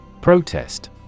Protest